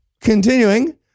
Continuing